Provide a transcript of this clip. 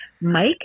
Mike